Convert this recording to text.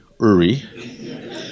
Uri